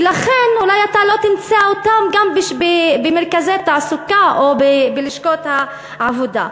ולכן אולי אתה לא תמצא אותן גם במרכזי תעסוקה או בלשכות העבודה.